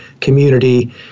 community